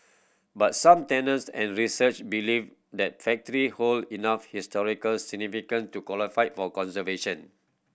but some tenants and researcher believe that factory hold enough historical significant to qualify for conservation